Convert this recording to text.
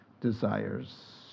desires